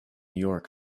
york